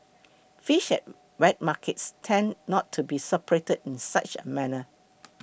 fish at wet markets tend not to be separated in such a manner